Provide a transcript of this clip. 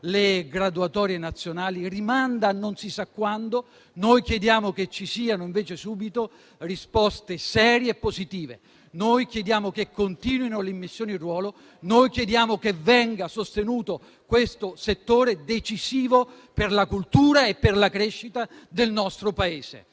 le graduatorie nazionali, rimanda a non si sa quando. Noi chiediamo invece che siano date subito risposte serie e positive. Chiediamo che continuino le immissioni in ruolo e venga sostenuto questo settore decisivo per la cultura e la crescita del nostro Paese.